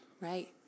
Right